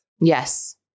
Yes